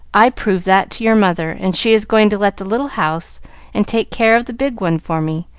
i proved that to your mother, and she is going to let the little house and take care of the big one for me,